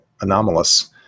anomalous